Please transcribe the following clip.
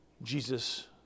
Jesus